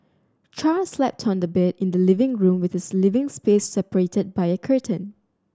Char slept on a bed in the living room with his living space separated by a curtain